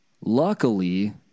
Luckily